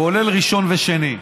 כולל ראשון ושני.